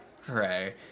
Hooray